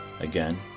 Again